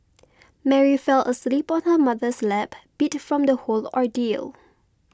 Mary fell asleep on her mother's lap beat from the whole ordeal